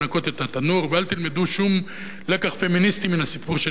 ואל תלמדו שום לקח פמיניסטי מן הסיפור שאני מספר אותו כאן,